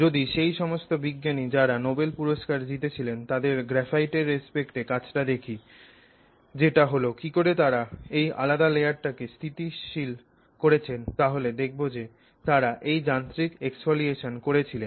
যদি সেই সমস্ত বিজ্ঞানী যারা নোবেল পুরস্কার জিতেছিলেন তাদের গ্রাফাইট এর রেস্পেক্টে কাজটা দেখি যেটা হল কিকরে তারা এই আলাদা লেয়ারটাকে স্থিতশীল করেছেন তাহলে দেখবো যে তারা এই যান্ত্রিক এক্সফোলিয়েশন করেছিলেন